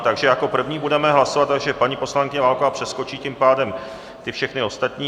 Takže jako první budeme hlasovat tak, že paní poslankyně Válková přeskočí tím pádem všechny ostatní.